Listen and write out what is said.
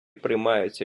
приймаються